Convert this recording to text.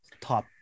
top